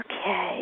Okay